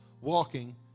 walking